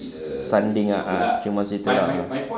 sanding ah ah cuma situ ah ah